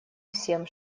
всем